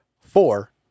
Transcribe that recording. four